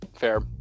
fair